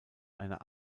einer